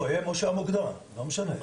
או הם או שהמוקדן, זה לא משנה.